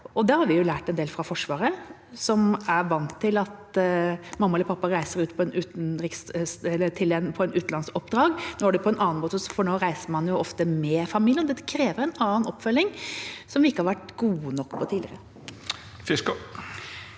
Der har vi lært en del fra Forsvaret, som er vant til at mamma eller pappa reiser ut på et utenlandsoppdrag. Nå er det på en annen måte, for nå reiser man ofte med familien, og dette krever en annen oppfølging som vi ikke har vært gode nok på tidligere. Ingrid